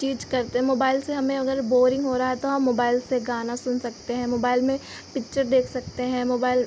चीज़ करते मोबाइल से हमें अगर बोरिंग हो रहा है तो हम मोबाइल से गाना सुन सकते हैं मोबाइल में पिच्चर देख सकते हैं मोबाइल